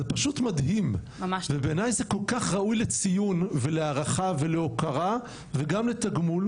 זה פשוט מדהים ובעיניי זה כל כך ראוי לציון ולהערכה ולהוקרה וגם לתגמול,